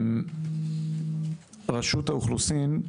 רשות האוכלוסין,